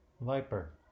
Viper